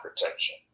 protection